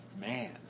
man